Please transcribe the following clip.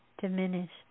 diminished